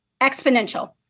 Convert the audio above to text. exponential